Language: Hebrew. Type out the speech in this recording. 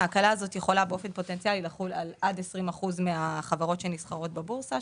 ההקלה הזאת יכולה לחול על עד 20% מהחברות שנסחרות בבורסה.